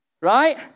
right